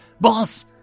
Boss